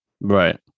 Right